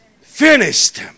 finished